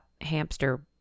hamster